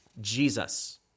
Jesus